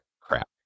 Crap